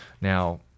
Now